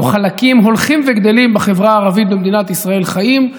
או חלקים הולכים וגדלים בחברה הערבית במדינת ישראל חיים,